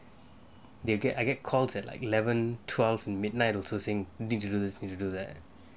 they get I get calls at like eleven twelve midnight also saying you need to do this do that